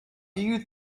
you